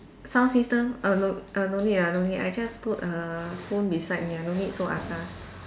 sound system err no err no need ah no need I just put a phone beside me ah no need so atas